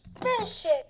Bullshit